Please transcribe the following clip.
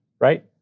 right